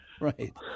right